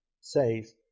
says